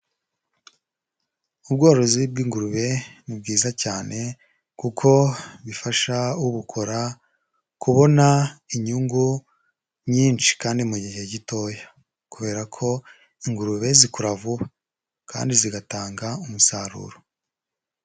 Ubworozi bw'ingurube ni bwiza cyane kuko bifasha ubukora kubona inyungu nyinshi kandi mu gihe gitoya, kubera ko ingurube zikura vuba kandi zigatanga umusaruro.